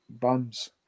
bums